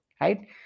right